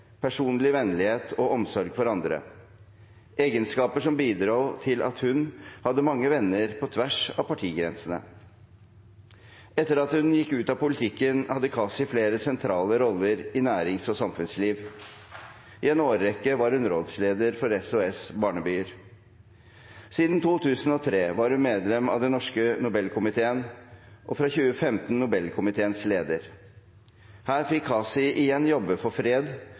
personlig vennlighet og omsorg for andre, egenskaper som bidro til at hun hadde mange venner på tvers av partigrensene. Etter at hun gikk ut av politikken, hadde Kaci flere sentrale roller i nærings- og samfunnsliv. I en årrekke var hun rådsleder for SOS-barnebyer. Siden 2003 var hun medlem av Den norske Nobelkomité og fra 2015 Nobelkomiteens leder. Her fikk Kaci igjen jobbe for fred,